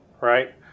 right